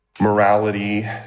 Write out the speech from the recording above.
morality